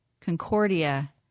Concordia